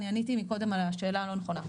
אני עניתי מקודם על השאלה הלא נכונה.